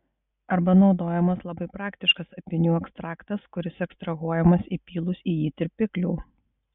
arba naudojamas labai praktiškas apynių ekstraktas kuris ekstrahuojamas įpylus į jį tirpiklių